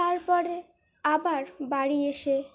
তারপরে আবার বাড়ি এসে